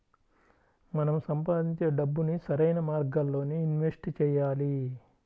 మనం సంపాదించే డబ్బుని సరైన మార్గాల్లోనే ఇన్వెస్ట్ చెయ్యాలి